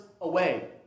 away